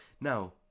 Now